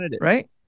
Right